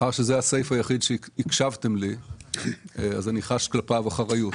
מאחר שזה הסעיף היחיד שהקשבתם לי אז אני חש כלפיו אחריות,